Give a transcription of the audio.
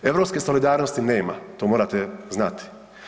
Europske solidarnosti nema, to morate znati.